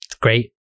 great